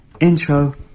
intro